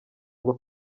ngo